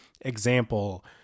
example